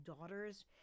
daughters